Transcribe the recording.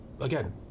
again